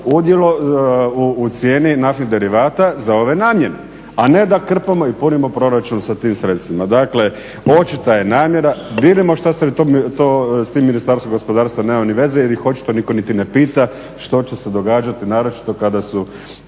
udio u cijeni naftnih derivata za ove namjene, a ne da krpamo i punimo proračun sa tim sredstvima. Dakle, očita je namjera, vidimo što s tim Ministarstvo gospodarstva nema ni veze ili ih očito nitko niti ne pita što će se događati naročito kada su